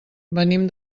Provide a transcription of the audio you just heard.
venim